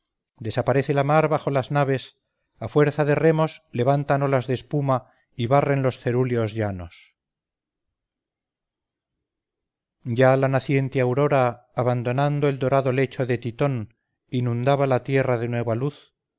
desaparece la mar bajo las naves a fuerza de remos levantan olas de espuma y barren los cerúleos llanos ya la naciente aurora abandonando el dorado lecho de titón inundaba la tierra de nueva luz